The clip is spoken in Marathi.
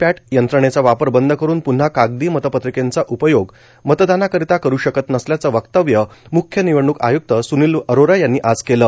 पॅट यंत्रणेचा वापर बंद करून पृन्हा कागदी मतपत्रिकांचा उपयोग मतदानाकरिता करू शकत नसल्याचं वक्तव्य मुख्य निवडण़क आय़क्त सुनील अरोरा यांनी आज केलं